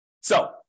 so-